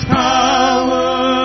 power